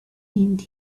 and